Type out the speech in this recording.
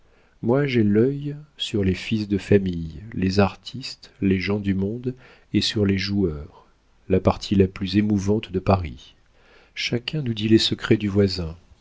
moi j'ai l'œil sur les fils de famille les artistes les gens du monde et sur les joueurs la partie la plus émouvante de paris chacun nous dit les secrets du voisin